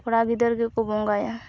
ᱠᱚᱲᱟ ᱜᱤᱫᱟᱹᱨ ᱜᱮᱠᱚ ᱵᱚᱸᱜᱟᱭᱟ